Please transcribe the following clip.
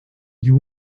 you